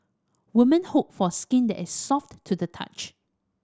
woman hope for skin that is soft to the touch